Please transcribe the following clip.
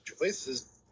choices